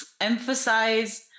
emphasize